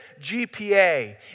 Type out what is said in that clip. GPA